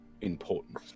important